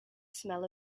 smell